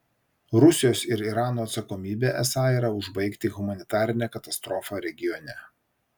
rusijos ir irano atsakomybė esą yra užbaigti humanitarinę katastrofą regione